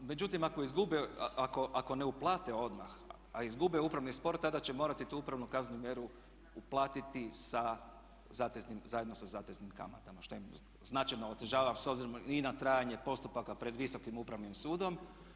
Međutim ako izgube, ako ne uplate odmah a izgube upravni spor, tada će morati tu upravnu kaznenu mjeru uplatiti sa zateznim zajedno sa zateznim kamatama što im značajno otežava s obzirom i na trajanje postupaka pred Visokim upravnim sudom.